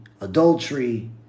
adultery